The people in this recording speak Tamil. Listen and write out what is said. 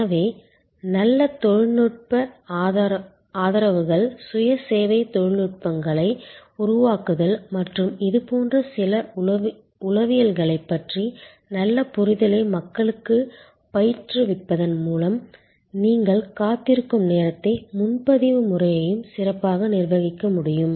எனவே நல்ல தொழில்நுட்ப ஆதரவுகள் சுய சேவை தொழில்நுட்பங்களை உருவாக்குதல் மற்றும் இதுபோன்ற சில உளவியல்களைப் பற்றிய நல்ல புரிதலை மக்களுக்குப் பயிற்றுவிப்பதன் மூலம் நீங்கள் காத்திருக்கும் நேரத்தையும் முன்பதிவு முறையையும் சிறப்பாக நிர்வகிக்க முடியும்